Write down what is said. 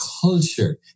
culture